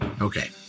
Okay